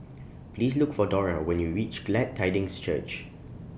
Please Look For Dora when YOU REACH Glad Tidings Church